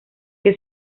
que